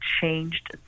changed